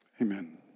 Amen